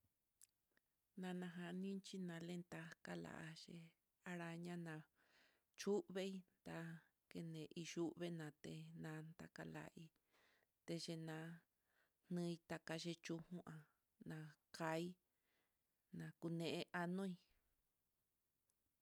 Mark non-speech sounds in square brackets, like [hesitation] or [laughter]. Nanajaninxhi naléta kalaxhi, araña la'a chuvein tá kene iyuu venaté, [hesitation] ata kalai teyena, nin takaleyu'a nakai na kune anoí.